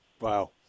Wow